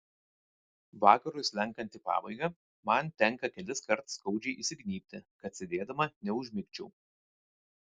vakarui slenkant į pabaigą man tenka keliskart skaudžiai įsignybti kad sėdėdama neužmigčiau